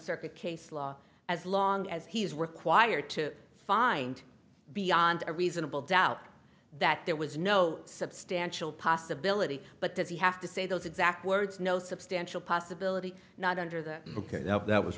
circuit case law as long as he is required to find beyond a reasonable doubt that there was no substantial possibility but does he have to say those exact words no substantial possibility not under the ok that was